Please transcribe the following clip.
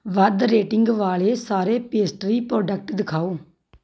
ਵੱਧ ਰੇਟਿੰਗ ਵਾਲੇ ਸਾਰੇ ਪੇਸਟਰੀ ਪ੍ਰੋਡਕਟ ਦਿਖਾਓ